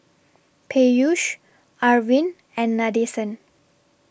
Peyush Arvind and Nadesan